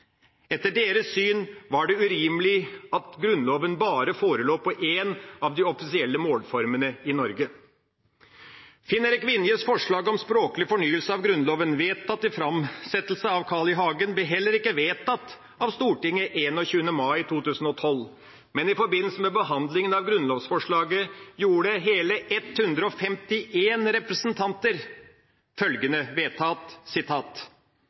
Etter deres syn var det urimelig at Grunnloven bare forelå på én av de offisielle målformene i Norge. Finn-Erik Vinjes forslag om språklig fornyelse av Grunnloven, vedtatt til framsettelse av Carl I. Hagen, ble heller ikke vedtatt av Stortinget 21. mai 2012, men i forbindelse med behandlinga av grunnlovsforslaget gjorde 151 representanter